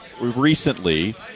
recently